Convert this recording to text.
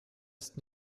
ist